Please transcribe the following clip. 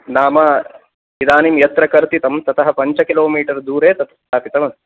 नाम इदानीं यत्र कर्तितं ततः पञ्चकिलोमीटर् दूरे तत् स्थापितमस्ति